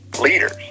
leaders